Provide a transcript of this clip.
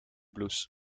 bloes